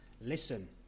listen